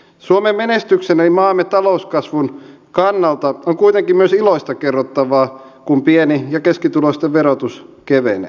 suomen menestyksen eli maamme talouskasvun kannalta on kuitenkin myös iloista kerrottavaa kun pieni ja keskituloisten verotus kevenee